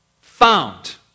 found